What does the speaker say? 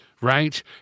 right